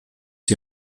die